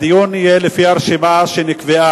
הדיון יהיה לפי הרשימה שנקבעה.